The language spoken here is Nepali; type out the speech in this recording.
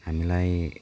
हामीलाई